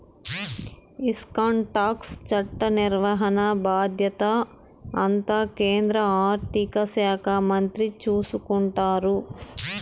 income tax చట్ట నిర్వహణ బాధ్యత అంతా కేంద్ర ఆర్థిక శాఖ మంత్రి చూసుకుంటారు